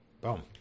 Boom